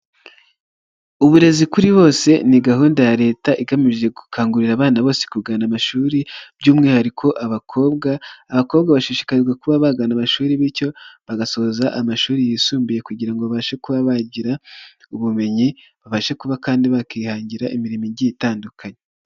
Uburezi kuri bose ni gahunda ya Leta igamije gukangurira abana bose kugana amashuri by'umwihariko abakobwa, abakobwa bashishikarizwa kuba bagana amashuri bityo bagasoza amashuri yisumbuye kugira ngo babashe kuba bagira ubumenyi, babashe kuba kandi bakihangira imirimo igiye itandukanye.